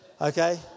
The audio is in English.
okay